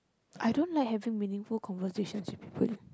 I don't like having meaningful conversations with people